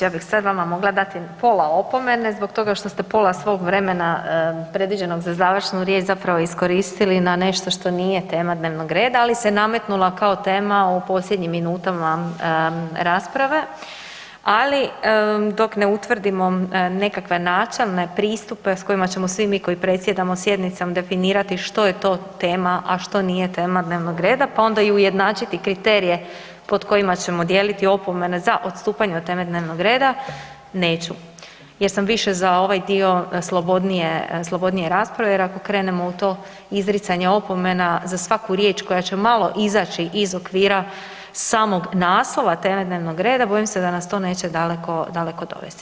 Ja bih sada vama mogla dati pola opomene, zbog toga što ste pola svog vremena predviđenog za završnu riječ zapravo iskoristili na nešto što nije tema dnevnog reda ali se nametnula kao tema u posljednjim minutama rasprave, ali dok ne utvrdimo nekakve načelne pristupe s kojima ćemo svi mi koji predsjedamo sjednicom definirati što je to tema, a što nije tema dnevnog reda pa onda i ujednačiti kriterije pod kojima ćemo dijeliti opomene za odstupanje od teme dnevnog reda, neću jer sam više za ovaj dio slobodnije, slobodnije rasprava jer ako krenemo u to izricanje opomena za svaku riječ koja će malo izaći iz okvira samog naslova teme dnevnog reda bojim se da nas to neće daleko, dakle dovesti.